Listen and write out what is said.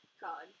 God